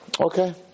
Okay